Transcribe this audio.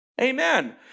Amen